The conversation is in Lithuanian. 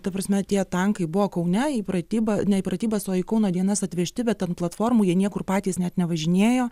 ta prasme tie tankai buvo kaune į pratyba ne į pratybas o į kauno dienas atvežti bet ant platformų jie niekur patys net nevažinėjo